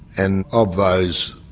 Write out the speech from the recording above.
and of those,